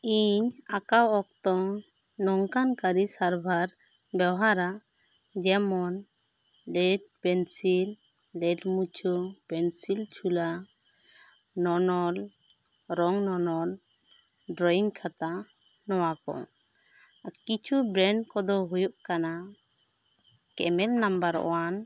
ᱤᱧ ᱟᱸᱠᱟᱣ ᱚᱠᱛᱚ ᱱᱚᱝᱠᱟᱱ ᱠᱟᱹᱨᱤ ᱥᱟᱨᱵᱷᱟᱨ ᱵᱮᱵᱷᱟᱨᱟ ᱡᱮᱢᱚᱱ ᱞᱮᱴ ᱯᱮᱱᱥᱤᱞ ᱞᱮᱴ ᱢᱩᱪᱷᱟᱹ ᱯᱮᱱᱥᱤᱞ ᱪᱷᱩᱞᱟᱹ ᱱᱚᱱᱚᱞ ᱨᱚᱝ ᱱᱚᱱᱚᱞ ᱰᱨᱚᱭᱤᱝ ᱠᱷᱟᱛᱟ ᱱᱚᱣᱟ ᱠᱚ ᱠᱤᱪᱷᱩ ᱵᱨᱮᱱᱴ ᱠᱚ ᱫᱚ ᱦᱩᱭᱩᱜ ᱠᱟᱱᱟ ᱠᱮᱱᱮᱞ ᱱᱚᱢᱵᱟᱨ ᱳᱣᱟᱱ